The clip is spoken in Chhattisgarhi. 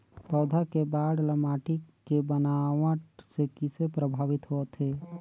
पौधा के बाढ़ ल माटी के बनावट से किसे प्रभावित होथे?